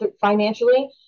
financially